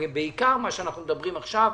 ובעיקר מה שאנחנו מדברים עליו עכשיו,